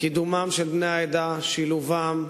קידומם של בני העדה, שילובם,